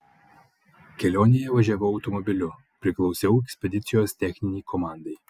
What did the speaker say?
kelionėje važiavau automobiliu priklausiau ekspedicijos techninei komandai